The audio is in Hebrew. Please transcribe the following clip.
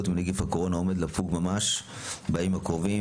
עם נגיף הקורונה עומד לפוג בימים הקרובים.